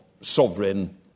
sovereign